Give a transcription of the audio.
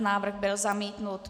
Návrh byl zamítnut.